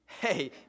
Hey